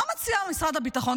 מה מציעים משרד הביטחון,